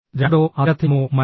രണ്ടോ അതിലധികമോ മനുഷ്യർ